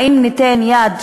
האם ניתן יד,